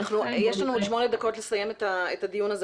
יש לנו שמונה דקות לסיום הדיון.